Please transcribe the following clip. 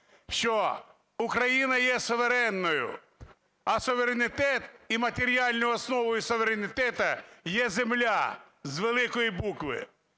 що Україна є суверенною. А суверенітет і матеріальною основою суверенітету є Земля, з великою букви.